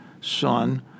son—